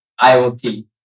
IoT